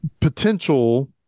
potential